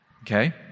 okay